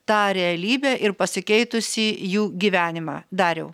tą realybę ir pasikeitusį jų gyvenimą dariau